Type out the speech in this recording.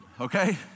okay